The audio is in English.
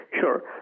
sure